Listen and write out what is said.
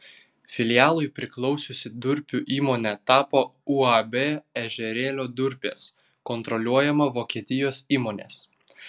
filialui priklausiusi durpių įmonė tapo uab ežerėlio durpės kontroliuojama vokietijos įmonės